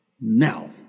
now